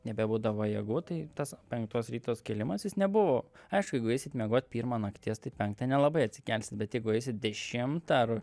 nebebūdavo jėgų tai tas penktos rytos kėlimasis nebuvo aišku jeigu eisit miegot pirmą nakties tai penktą nelabai atsikelsit bet jeigu eisit dešimtą ar